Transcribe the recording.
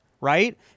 right